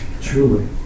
truly